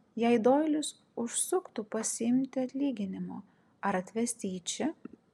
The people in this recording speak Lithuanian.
jei doilis užsuktų pasiimti atlyginimo ar atvesti jį čia